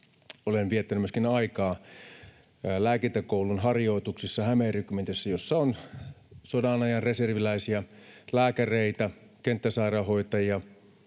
viettänyt aikaa Lääkintäkoulun harjoituksissa Hämeen rykmentissä, jossa on sodanajan reserviläisiä, lääkäreitä, kenttäsairaanhoitajia,